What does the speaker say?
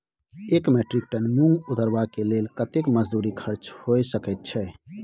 एक metric ton मूंग उतरबा के लेल कतेक मजदूरी खर्च होय सकेत छै?